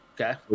Okay